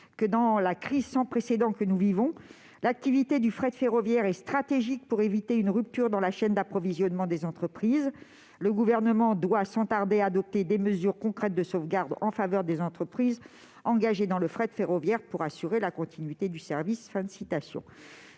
que, « dans la crise sans précédent que nous vivons, l'activité de fret ferroviaire est stratégique pour éviter une rupture dans la chaîne d'approvisionnement des entreprises. Le Gouvernement doit sans tarder adopter des mesures concrètes de sauvegarde en faveur des entreprises engagées dans le fret ferroviaire, pour assurer la continuité du service. »